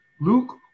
Luke